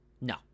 no